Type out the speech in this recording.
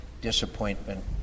disappointment